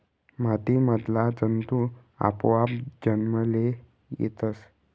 माती मधला जंतु आपोआप जन्मले येतस